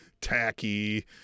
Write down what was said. tacky